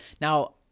Now